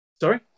Sorry